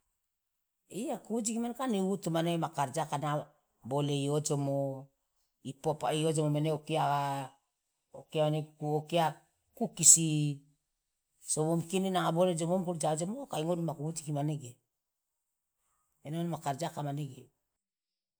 iya kujiki kan iwutu mane ma karja ka bole iojomo iojomo mene okia okia mane okia kukisi so momikie ne nanga bole jomoomuku lo ja ojomo kai ngodumu ma kujiki manege ena mane ma karja ka manege.